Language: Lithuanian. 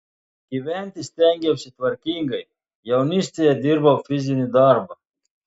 gyventi stengiausi tvarkingai jaunystėje dirbau fizinį darbą